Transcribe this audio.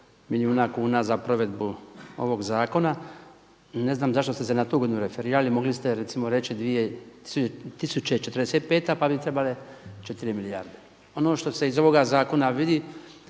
milijuna kuna za provedbu ovog zakona. Ne znam zašto ste se na tu godinu referirali, mogli ste recimo reći 2045. godina pa bi trebale 4 milijarde. Ono što se iz ovoga zakona vidi